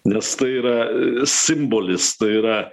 nes tai yra simbolis tai yra